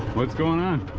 what's going on